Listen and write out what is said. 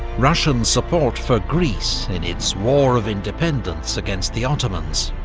russian support for greece in its war of independence against the ottomans,